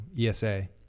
ESA